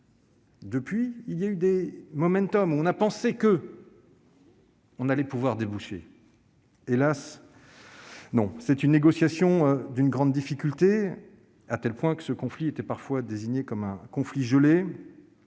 reprises, il y a eu des moments où l'on a pensé qu'on allait pouvoir déboucher sur quelque chose. Hélas, non ! Il s'agit d'une négociation d'une grande difficulté, à tel point que ce conflit était parfois désigné comme un « conflit gelé